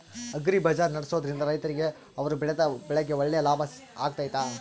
Agri ಬಜಾರ್ ನಡೆಸ್ದೊರಿಂದ ರೈತರಿಗೆ ಅವರು ಬೆಳೆದ ಬೆಳೆಗೆ ಒಳ್ಳೆ ಲಾಭ ಆಗ್ತೈತಾ?